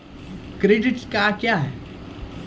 Credit card क्या हैं?